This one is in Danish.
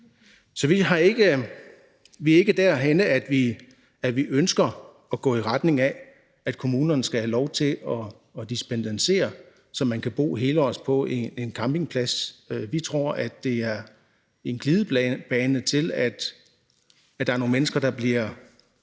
Så vi er ikke derhenne, hvor vi ønsker at gå i retning af, at kommunerne skal have lov til at dispensere, så man kan bo helårs på en campingplads. Vi tror, at det er en glidebane til, at der er nogle mennesker, der bliver